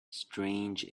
strange